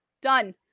Done